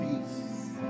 peace